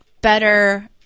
better